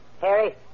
Harry